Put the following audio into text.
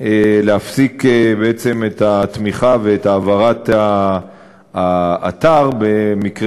להפסיק את התמיכה ואת העברת האתר במקרה